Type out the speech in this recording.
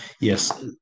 Yes